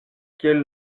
kiel